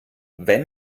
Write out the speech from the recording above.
wenn